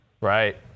right